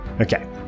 Okay